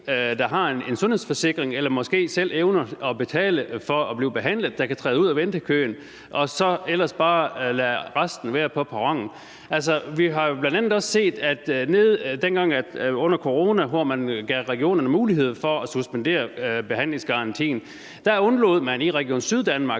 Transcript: der har en sundhedsforsikring, eller som måske selv evner at betale for at blive behandlet, der kan træde ud af ventekøen. Og så lader man ellers bare resten blive på perronen. Altså, vi har jo bl.a. også set, at under corona, hvor man gav regionerne mulighed for at suspendere behandlingsgarantien, undlod man i Region Syddanmark,